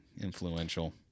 Influential